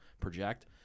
project